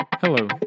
Hello